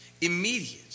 Immediate